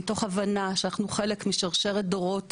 מתוך הבנה שאנחנו חלק משרשרת דורות